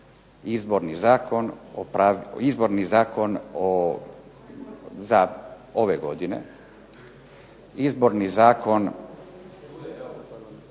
Izborni zakon ove godine, Izborni zakon.